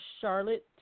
Charlotte